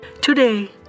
Today